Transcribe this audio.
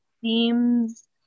seems